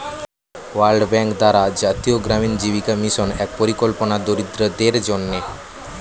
world bank দ্বারা জাতীয় গ্রামীণ জীবিকা মিশন এক পরিকল্পনা দরিদ্রদের জন্যে